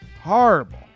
horrible